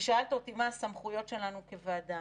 ששאלת אותי מה הסמכויות שלנו כוועדה.